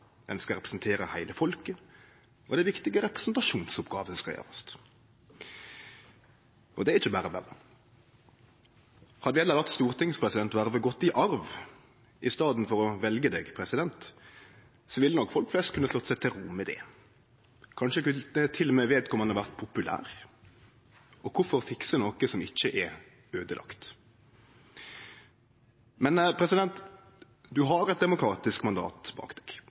ein skal representere heile folket, og det er viktige representasjonsoppgåver som skal gjerast – og det er ikkje berre berre. Hadde vi heller late stortingspresidentvervet gå i arv i staden for å velje deg, president, ville nok folk flest kunne slått seg til ro med det. Kanskje kunne vedkomande til og med ha vore populær – og kvifor fikse noko som ikkje er øydelagt? Men, president, du har eit demokratisk mandat bak deg,